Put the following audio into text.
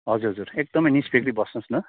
हजुर हजुर एकदमै निस्फिक्री बस्नुहोस् न